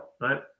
right